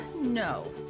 no